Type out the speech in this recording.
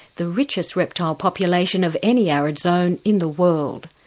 the richest reptile population of any arid zone in the world.